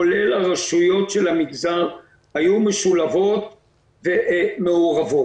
כולל הרשויות של המגזר היו משולבות ומעורבות.